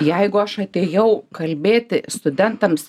jeigu aš atėjau kalbėti studentams